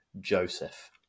Joseph